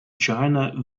china